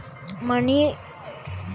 ಮಣ್ಣಿನ ಪರಿವರ್ತನೆಯನ್ನು ತಿಳಿಸಿ?